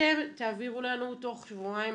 אתם תעבירו לנו תוך שבועיים.